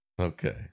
Okay